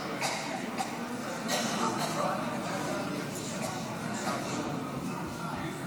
התשפ"ד 2024, אושרה בקריאה הטרומית ותעבור לדיון